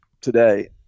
today